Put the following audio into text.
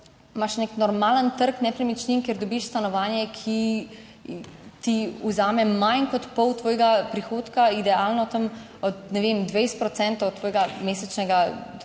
imaš nek normalen trg nepremičnin, kjer dobiš stanovanje, ki ti vzame manj kot pol tvojega prihodka, idealno, tam od, ne vem, 20 procentov tvojega mesečnega,